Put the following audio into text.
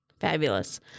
Fabulous